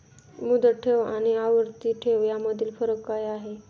मुदत ठेव आणि आवर्ती ठेव यामधील फरक काय आहे?